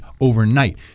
overnight